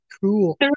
Cool